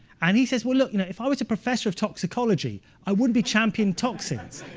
and he says, well, look, you know if i was a professor of toxicology, i wouldn't be championing toxins.